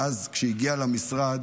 ואז כשהוא הגיע למשרד,